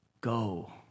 go